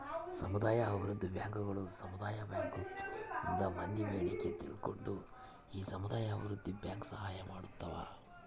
ಸಮುದಾಯ ಅಭಿವೃದ್ಧಿ ಬ್ಯಾಂಕುಗಳು ಸಮುದಾಯ ಬ್ಯಾಂಕ್ ಗಳಿಂದ ಮಂದಿ ಬೇಡಿಕೆ ತಿಳ್ಕೊಂಡು ಈ ಸಮುದಾಯ ಅಭಿವೃದ್ಧಿ ಬ್ಯಾಂಕ್ ಸಹಾಯ ಮಾಡ್ತಾವ